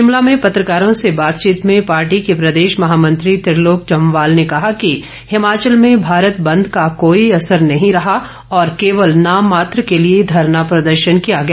शिमला में पत्रकारों से बातचीत में पार्टी के प्रदेश महामंत्री त्रिलोक जमवाल ने कहा कि हिमाचल में भारत बंद का कोई असर नहीं रहा और केवल नाम मात्र के लिए धरना प्रदर्शन किया गया